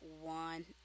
one